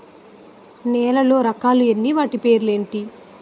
నేలలో రకాలు ఎన్ని వాటి పేర్లు ఏంటి?